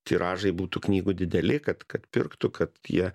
tiražai būtų knygų dideli kad kad pirktų kad jie